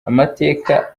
amateka